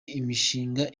imishinga